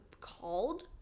called